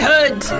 Hood